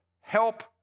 help